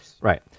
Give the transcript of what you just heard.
right